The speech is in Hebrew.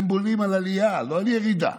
הם בונים על עלייה, לא על ירידה.